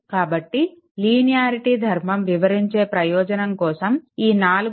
కాబట్టి లీనియారిటీ ధర్మం వివరించే ప్రయోజనం కోసం ఈ 4